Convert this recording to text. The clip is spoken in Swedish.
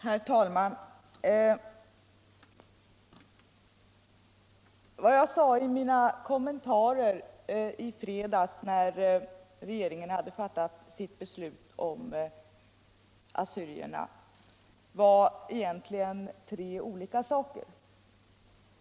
Herr talman! Vad jag sade i mina kommentarer i fredags när regeringen hade fattat sitt beslut om assyrierna var egentligen tre olika saker.